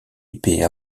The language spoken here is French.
épais